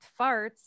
farts